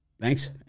thanks